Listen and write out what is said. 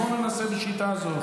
בואו נעשה את זה בשיטה הזאת.